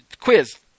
quiz